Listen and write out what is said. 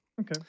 Okay